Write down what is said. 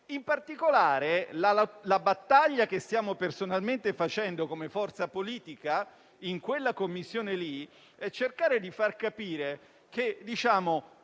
In particolare, la battaglia che stiamo personalmente combattendo come forza politica in quella Commissione è cercare di far capire che